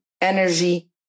energy